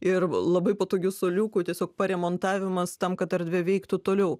ir labai patogių suoliukų tiesiog paremontavimas tam kad erdvė veiktų toliau